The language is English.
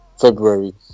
February